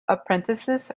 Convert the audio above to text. apprentices